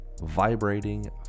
vibrating